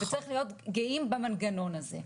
וצריך להיות גאים במנגנון הזה.